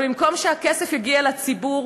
אבל במקום שהכסף יגיע לציבור,